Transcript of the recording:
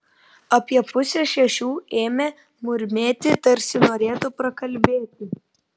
apie pusę šešių ėmė murmėti tarsi norėtų prakalbėti